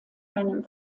einem